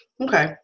Okay